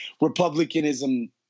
Republicanism